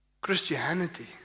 Christianity